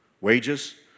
Wages